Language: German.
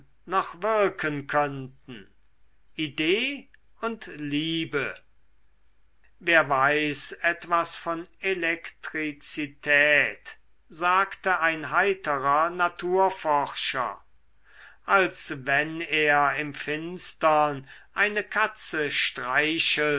noch wirken könnten idee und liebe wer weiß etwas von elektrizität sagte ein heiterer naturforscher als wenn er im finstern eine katze streichelt